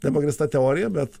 nepagrįsta teorija bet